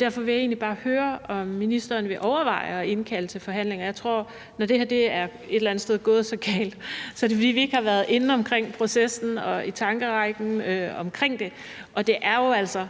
Derfor vil jeg egentlig bare høre, om ministeren vil overveje at indkalde til forhandlinger? Jeg tror, at når det her et eller andet sted er gået så galt, er det, fordi vi ikke har været inde omkring processen og i tankerækken omkring det. Og der er jo altså,